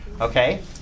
Okay